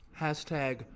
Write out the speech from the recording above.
Hashtag